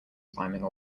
climbing